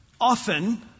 Often